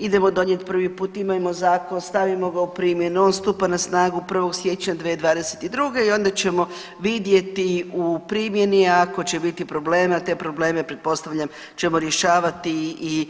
Idemo donijeti prvi put, imajmo zakon, stavimo ga u primjenu, on stupa na snagu 1. siječnja 2022. i onda ćemo vidjeti u primjeni ako će biti problema te probleme pretpostavljam ćemo rješavati i